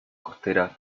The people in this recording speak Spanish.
costeras